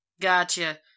Gotcha